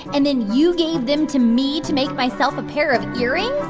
and then you gave them to me to make myself a pair of earrings?